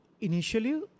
initially